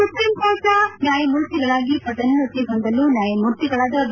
ಸುಪ್ರೀಂಕೋರ್ಟ್ನ ನ್ನಾಯಮೂರ್ತಿಗಳಾಗಿ ಪದನ್ನೋತಿ ಹೊಂದಲು ನ್ನಾಯಮೂರ್ತಿಗಳಾದ ಬಿ